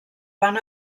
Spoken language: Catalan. van